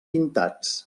pintats